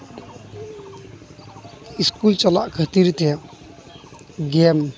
school ᱪᱟᱞᱟᱜ ᱠᱷᱟᱹᱛᱤᱨ ᱛᱮ ᱜᱮᱹᱢ